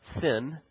sin